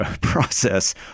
process